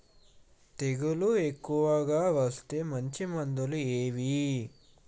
తెగులు ఎక్కువగా వస్తే మంచి మందులు ఏవి?